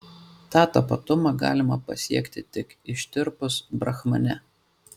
tą tapatumą galima pasiekti tik ištirpus brahmane